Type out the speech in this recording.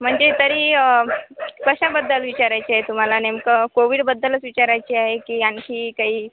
म्हणजे तरी कशाबद्दल विचारायचं आहे तुम्हाला नेमकं कोविडबद्दलच विचारायची आहे की आणखी काही